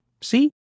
See